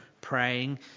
praying